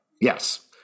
yes